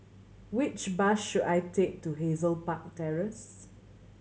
which bus should I take to Hazel Park Terrace